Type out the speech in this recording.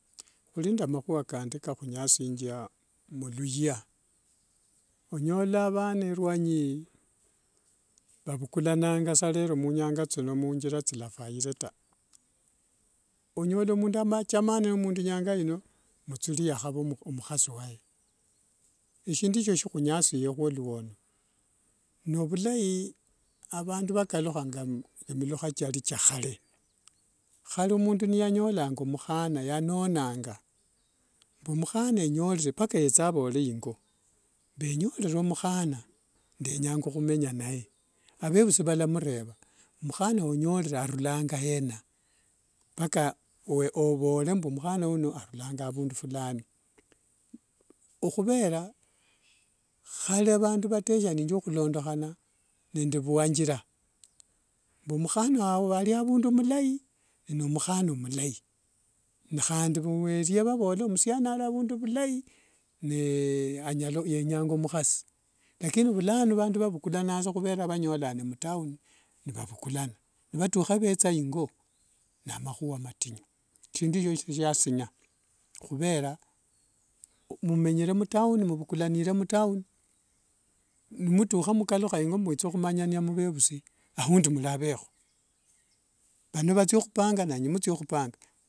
Khuri nde makhua kandi karunyasianga muluyaa onyola avana ruanyi eyii vavukulabanga saa rero muthingira thilafaire taa onyola mundu achamane nde mundu nyangaino muthuri yakhava omukhasi waye eshindu esho shikhunyasiyekho luono novulai avandu vakalukhanga mumilukha chari chakhare, khare mundu niyanyolanga mukhana yanonanga mbu mukhana wanyirere mbaka yetse avole ingoo mbu enyorere mukhana ndenyanga khumenya naye avevusi valamureva mukhana wonyorere alulanga yena mpaka ovole mbu mukhana uno arulanga avundu fulani ukhuvera khare vandu vadeshiananga nde khulondokhana nende vuanjira mbu mukhana ariavundu alai ni nomukhana mulai ni khandi eria vavola omusiani ariavundu andai ni yenya mukhasi lakini vulano vandu vavukulabanga saa khuvera vanyolane mutown nivavukulana nivatukha nivetsa ingo namakhuwa matinyu shindu esho siasinya khuvera mumenyere mutown muvukulanire mutown nimutukha nimukalukha ingo mbu mwitsa khumanyana muvevusi aundi muri aveho vano vatsia hupanga nanyu nimutsia hupanga.